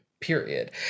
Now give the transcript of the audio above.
period